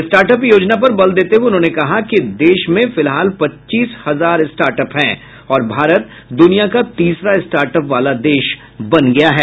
startup योजना पर बल देते हुये उन्होंने कहा कि देश में फिलहाल पच्चीस हजार स्टार्टअप हैं और भारत दूनिया का तीसरा स्टार्टअप वाला देश बन गया है